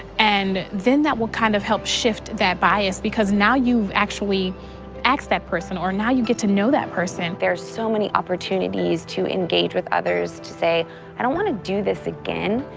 and then that will kind of help shift that bias because now you've actually asked that person or now you get to know that person. there's so many opportunities to engage with others, to say i don't want to do this again,